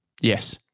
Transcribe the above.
Yes